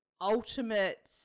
ultimate